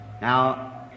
Now